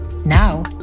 Now